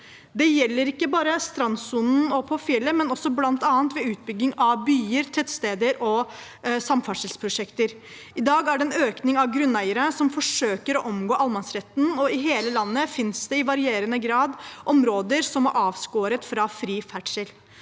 Det gjelder ikke bare strandsonen og på fjellet, men også ved utbygging av byer, tettsteder og samferdselsprosjekter. I dag er det en økning av grunneiere som forsøker å omgå allemannsretten, og i hele landet finnes det i varierende grad områder som er avskåret fra fri ferdsel.